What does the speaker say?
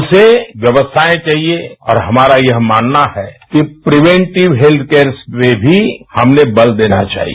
उसे व्यवस्थाएं चाहिए और हमारा यह मानना है कि प्रीवेटिव हेत्थ केयर्स में भी हमें बल देना चाहिए